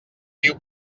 viu